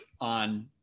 on